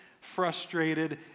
frustrated